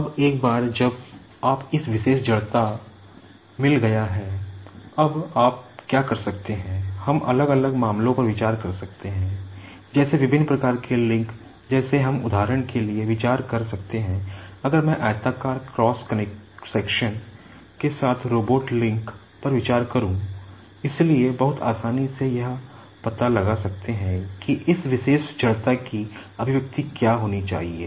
अब एक बार जब आप इस विशेष इनरशिया क्या होनी चाहिए